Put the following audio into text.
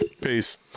Peace